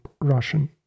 Russian